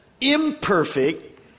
imperfect